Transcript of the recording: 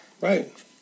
Right